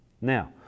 Now